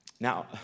Now